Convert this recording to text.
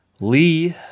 Lee